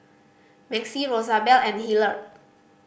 Maxie Rosabelle and Hillard